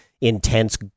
intense